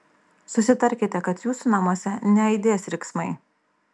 susitarkite kad jūsų namuose neaidės riksmai